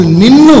nino